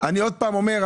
אני עוד פעם אומר,